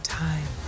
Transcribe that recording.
time